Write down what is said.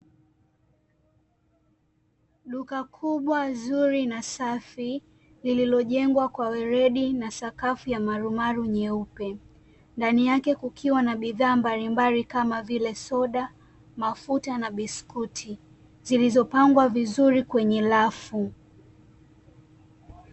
Duka kubwa zuri na safi lililojengwa kwa weredi na sakafu ya marumaru nyeupe. Ndani yake kukiwa na bidhaa mbalimbali kama vile: soda, mafuta na biskuti; zilizopangwa vizuri kwenye rafu.